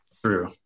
True